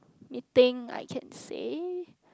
meeting I can say